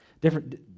Different